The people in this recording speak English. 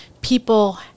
people